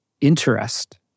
interest